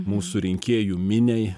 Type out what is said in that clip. mūsų rinkėjų miniai